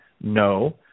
no